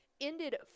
Ended